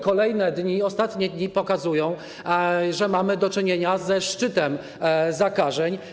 Kolejne dni, ostatnie dni pokazują, że mamy do czynienia ze szczytem zakażeń.